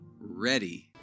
ready